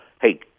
Hey